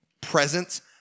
presence